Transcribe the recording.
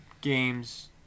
games